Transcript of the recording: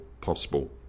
possible